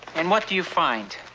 and what do you find?